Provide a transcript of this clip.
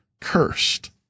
cursed